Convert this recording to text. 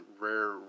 rare